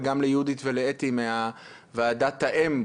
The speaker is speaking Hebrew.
וגם ליהודית ולאתי מוועדת האם,